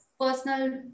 personal